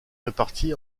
répartis